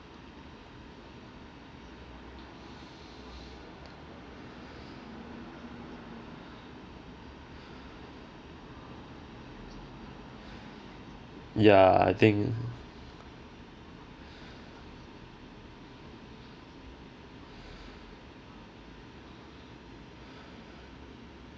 ya I think